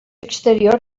exterior